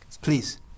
please